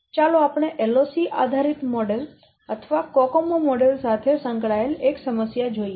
ચાલો આપણે LOC આધારિત મોડેલ અથવા કોકોમો મોડેલ સાથે સંકળાયેલ એક સમસ્યા જોઈએ